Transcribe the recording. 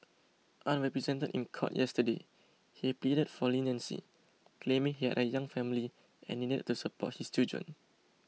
unrepresented in court yesterday he pleaded for leniency claiming he had a young family and needed to support his children